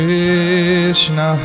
Krishna